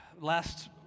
Last